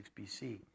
BC